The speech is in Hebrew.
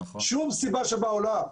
אין שום סיבה שבעולם.